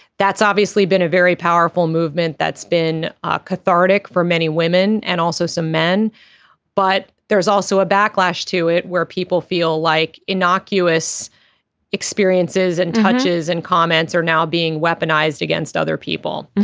that's obviously been a very powerful movement that's been ah cathartic for many women and also some men but there is also a backlash to it where people feel like innocuous experiences and touches and comments are now being weaponized against other people.